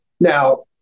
Now